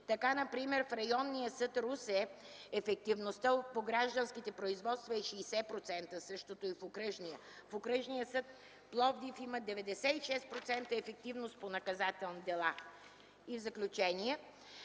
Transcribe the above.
Така например в Районния съд – Русе, ефективността по гражданските производства е 60%. Същото е и в Окръжния. В Окръжния съд – Пловдив, има 96% ефективност по наказателни дела. В заключение,